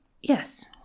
Yes